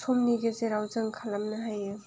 समनि गेजेराव जों खालामनो हायो